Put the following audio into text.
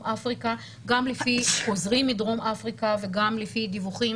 אפריקה גם לפי חוזרים מדרום אפריקה וגם לפי דיווחים